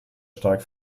stark